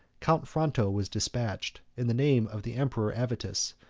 count fronto was despatched, in the name of the emperor avitus,